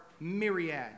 myriad